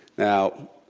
now,